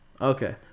Okay